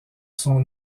son